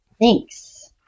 Thanks